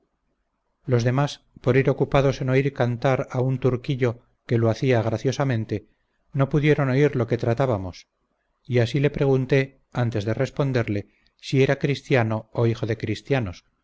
los demás por ir ocupados en oír cantar a un turquillo que lo hacía graciosamente no pudieron oír lo que tratábamos y así le pregunté antes de responderle si era cristiano o hijo de cristianos